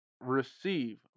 receive